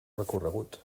recorregut